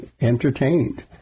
entertained